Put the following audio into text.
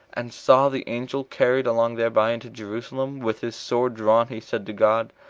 and saw the angel carried along thereby into jerusalem, with his sword drawn, he said to god,